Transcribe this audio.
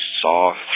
saw